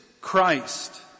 Christ